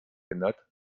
ändert